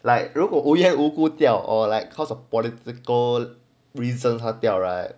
like 如果无缘无故掉 or like because of political reason 他掉 right